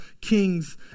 kings